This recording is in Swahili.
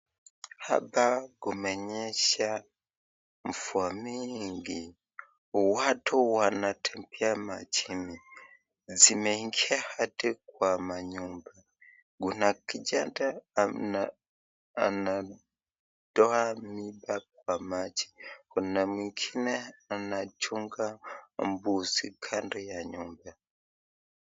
Hapa kumenyesha mvua mingi. Watu wanatembea majini. Maji imeingia hadi kwa nyumba. Kuna kijana anatoa kijiti ndani ya maji na kuna mwingine anachunga mbuzi kando ya nyumba.